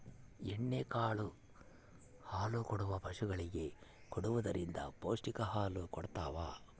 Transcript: ಎಣ್ಣೆ ಕಾಳು ಹಾಲುಕೊಡುವ ಪಶುಗಳಿಗೆ ಕೊಡುವುದರಿಂದ ಪೌಷ್ಟಿಕ ಹಾಲು ಕೊಡತಾವ